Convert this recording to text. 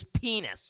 penis